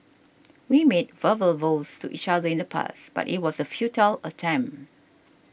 we made verbal vows to each other in the past but it was a futile attempt